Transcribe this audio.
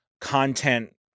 content